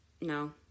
no